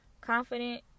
confident